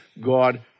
God